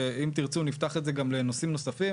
ואם תרצו נפתח את זה גם לנושאים נוספים,